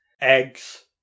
eggs